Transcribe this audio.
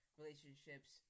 relationships